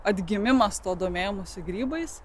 atgimimas to domėjimosi grybais